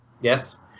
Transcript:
Yes